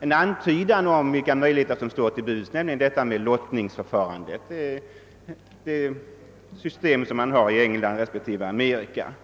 en antydan om vilka möjligheter som står till buds, nämligen det system som tillämpas i England respektive Amerika med lottningsförfarande.